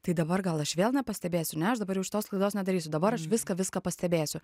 tai dabar gal aš vėl nepastebėsiu ne aš dabar jau šitos klaidos nedarysiu dabar aš viską viską pastebėsiu